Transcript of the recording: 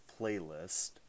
playlist